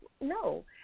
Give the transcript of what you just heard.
No